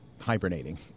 hibernating